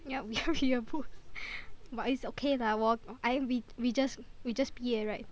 yup ya we are both but it's okay lah 我 I we we just we just 毕业 right